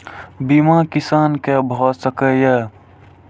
बीमा किसान कै भ सके ये?